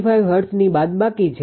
0235 હર્ટ્ઝની બાદબાકી છે